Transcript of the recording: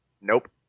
nope